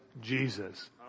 Jesus